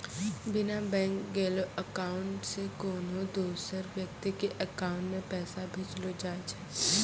बिना बैंक गेलैं अकाउंट से कोन्हो दोसर व्यक्ति के अकाउंट मे पैसा भेजलो जाय छै